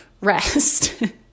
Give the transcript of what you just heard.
rest